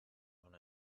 one